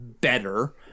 better